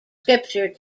scripture